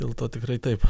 dėl to tikrai taip